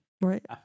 Right